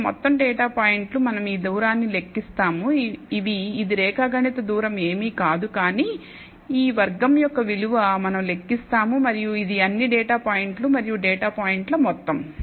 కాబట్టి మొత్తం డేటా పాయింట్లు మనం ఈ దూరాన్ని లెక్కిస్తాము ఇవి ఇది రేఖాగణిత దూరం ఏమీ కాదు కానీ ఈ వర్గం యొక్క విలువ మనం లెక్కిస్తాము మరియు ఇది అన్ని డేటా పాయింట్లు మరియు డేటా పాయింట్ల మొత్తం